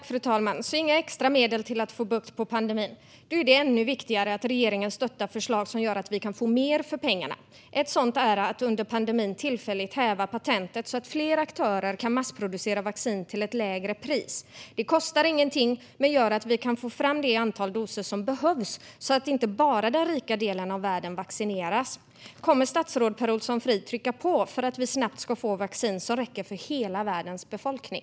Fru talman! Inga extra medel till att få bukt med pandemin, alltså. Då är det ju ännu viktigare att regeringen stöttar förslag som gör att vi kan få mer för pengarna. Ett sådant förslag är att under pandemin tillfälligt häva patentet så att fler aktörer kan massproducera vaccin till ett lägre pris. Det kostar ingenting men gör att vi kan få fram det antal doser som behövs så att inte bara den rika delen av världen vaccineras. Kommer statsrådet Per Olsson Fridh att trycka på för att vi snabbt ska få vaccin som räcker för hela världens befolkning?